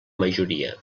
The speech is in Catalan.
majoria